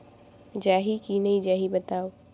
जाही की नइ जाही बताव?